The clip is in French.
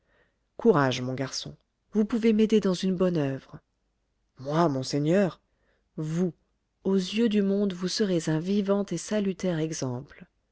courage mon garçon vous pouvez m'aider dans une bonne oeuvre moi monseigneur vous aux yeux du monde vous serez un vivant et salutaire exemple